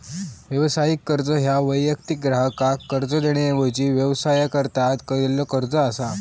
व्यावसायिक कर्ज ह्या वैयक्तिक ग्राहकाक कर्ज देण्याऐवजी व्यवसायाकरता दिलेलो कर्ज असा